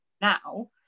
now